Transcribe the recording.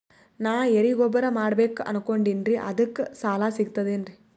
ನಾ ಎರಿಗೊಬ್ಬರ ಮಾಡಬೇಕು ಅನಕೊಂಡಿನ್ರಿ ಅದಕ ಸಾಲಾ ಸಿಗ್ತದೇನ್ರಿ?